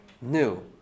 new